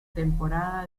temporada